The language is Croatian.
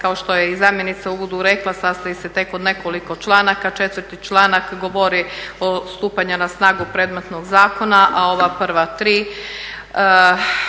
kao što je i zamjenica u uvodu rekla sastoji se tek od nekoliko članaka, 4. članak govori o stupanju na snagu predmetnog zakona a ova prva tri